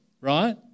right